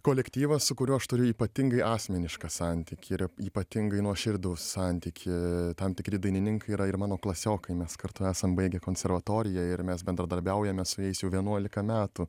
kolektyvas su kuriuo aš turiu ypatingai asmenišką santykį ir ypatingai nuoširdų santykį tam tikri dainininkai yra ir mano klasiokai mes kartu esam baigę konservatoriją ir mes bendradarbiaujame su jais jau vienuolika metų